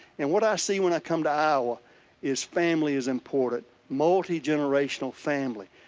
and what i see when i come to iowa is family is important, multi-generational family,